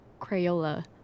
Crayola